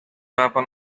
upon